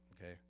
okay